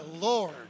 Lord